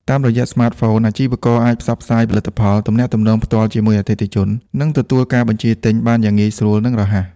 តាមរយៈស្មាតហ្វូន អាជីវករអាច ផ្សព្វផ្សាយផលិតផល ទំនាក់ទំនងផ្ទាល់ជាមួយអតិថិជន និងទទួលការបញ្ជាទិញបានយ៉ាងងាយស្រួល និងរហ័ស។